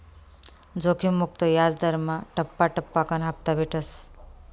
जोखिम मुक्त याजदरमा टप्पा टप्पाकन हापता भेटस